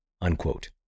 unquote